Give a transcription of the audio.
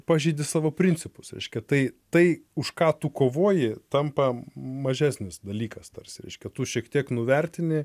pažeidi savo principus reiškia tai tai už ką tu kovoji tampa mažesnis dalykas tarsi reiškia tu šiek tiek nuvertini